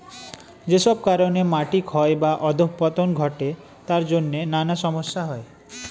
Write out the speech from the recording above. যেসব কারণে মাটি ক্ষয় বা অধঃপতন ঘটে তার জন্যে নানা সমস্যা হয়